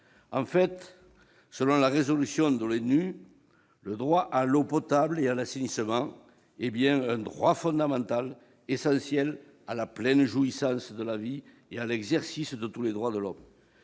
». Selon la résolution de l'ONU, le droit à l'eau potable et à l'assainissement est bien « un droit fondamental, essentiel à la pleine jouissance de la vie et à l'exercice de tous les droits de l'homme